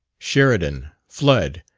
sheridan, flood,